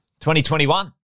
2021